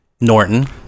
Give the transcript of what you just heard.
Norton